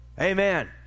amen